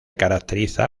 caracteriza